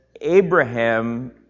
Abraham